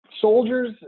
soldiers